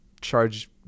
charge